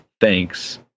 Thanks